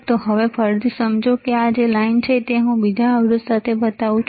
તો હવે ફરીથી સમજો આ લાઇન જે છે તે હું તમને બીજા અવરોધ સાથે બતાવું છું